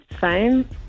fine